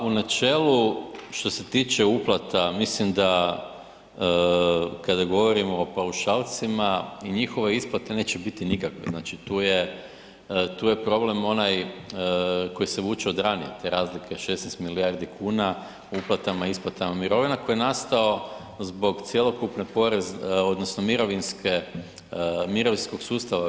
Pa u načelu što se tiče uplata mislim da kada govorimo o paušalcima i njihove isplate neće biti nikakve, znači tu je, tu je problem onaj koji se vuče od ranije, te razlike 16 milijardi kuna, uplatama, isplatama mirovina koji je nastao zbog cjelokupne porezne, odnosno mirovinske, mirovinskog sustava u RH.